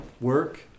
work